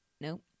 Nope